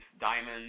diamonds